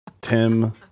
Tim